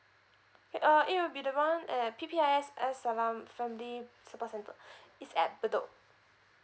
it uh it will be the one at P_P_I_S as salam family support centre it's at bedok